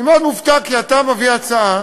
אני מאוד מופתע כי אתה מביא הצעה